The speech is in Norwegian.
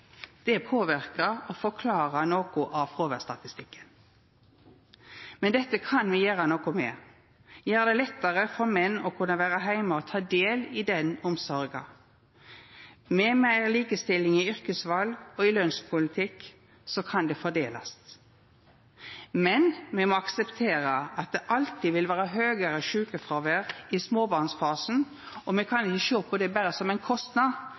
Det påverkar og forklarar noko av fråværsstatistikken. Men dette kan me gjera noko med. Me kan gjera det lettare for menn å kunna vera heime og ta del i den omsorga. Med meir likestilling i yrkesval og lønnspolitikken kan det fordelast. Men me må akseptera at det alltid vil vera høgare sjukefråvær i småbarnsfasen, og me kan ikkje sjå på det berre som ein kostnad.